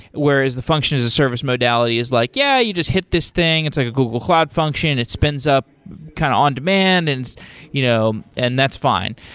whereas the function as a service modality is like, yeah, you just hit this thing. it's like a google cloud function. it spins up kind of on-demand, and you know and that's fine.